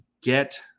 get